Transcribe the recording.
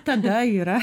tada yra